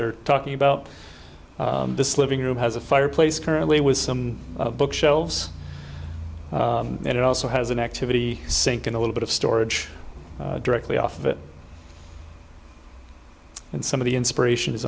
they're talking about this living room has a fireplace currently with some bookshelves and it also has an activity sink in a little bit of storage directly off of it and some of the inspiration is